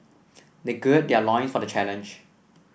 they gird their loins for the challenge